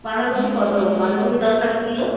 বাঁধাকপি কত বাঁধাকপি দশ টাকা কিলো